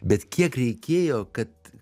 bet kiek reikėjo kad